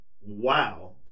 wow